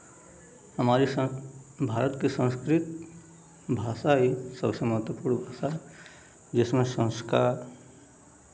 हमारी सं भारत की संस्कृत भाषा ही सबसे महत्वपूर्ण भाषा जिसमें संस्कार